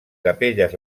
capelles